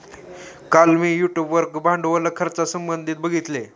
काल मी यूट्यूब वर भांडवल खर्चासंबंधित बघितले